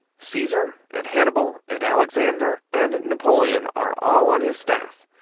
caesar, and hannibal, and alexander, and napoleon are all on his staff,